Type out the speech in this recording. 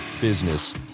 business